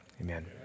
amen